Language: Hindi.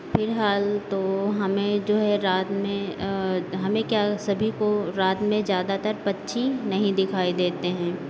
फ़िलहाल तो हमें जो है रात में हमें क्या सभी को रात में ज़्यादातर पक्षी नहीं दिखाई देते हैं